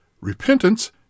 repentance